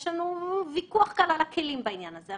יש לנו ויכוח על הכלים בעניין הזה.